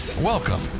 Welcome